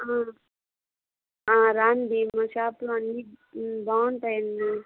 రండి మా షాప్లో అన్నీ బాగుంటాయండి